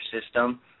system